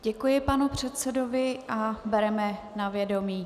Děkuji panu předsedovi a bereme na vědomí.